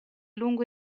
lungo